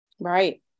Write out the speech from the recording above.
right